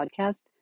podcast